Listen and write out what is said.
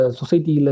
society